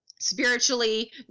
spiritually